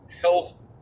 Health